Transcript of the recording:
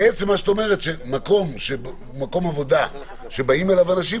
את אומרת שמקום עבודה שבאים אליו אנשים,